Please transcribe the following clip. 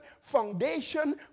foundation